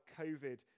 covid